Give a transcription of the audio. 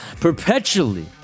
Perpetually